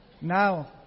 Now